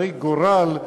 הרי-גורל,